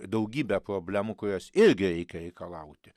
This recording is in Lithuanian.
daugybė problemų kurias irgi reikia reikalauti